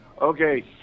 Okay